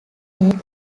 make